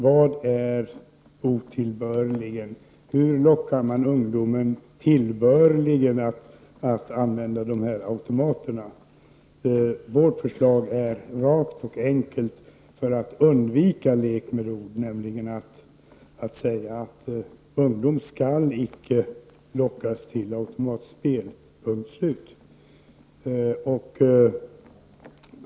Vad är otillbörligen? Hur lockar man tillbörligen ungdomen att använda de här automaterna? Vårt förslag är rakt och enkelt, i syfte att undvika lek med ord, nämligen att man uttalar att ungdom icke skall lockas till automatspel — punkt och slut.